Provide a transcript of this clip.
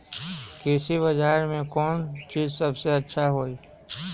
कृषि बजार में कौन चीज सबसे अच्छा होई?